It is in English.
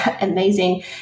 amazing